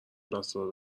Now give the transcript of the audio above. دستهارو